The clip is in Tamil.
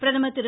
பிரதமர் திரு